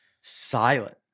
silent